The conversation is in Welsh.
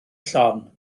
llon